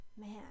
man